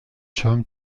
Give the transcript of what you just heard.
term